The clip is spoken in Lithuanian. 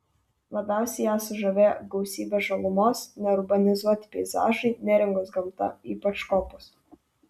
labiausiai ją sužavėjo gausybė žalumos neurbanizuoti peizažai neringos gamta ypač kopos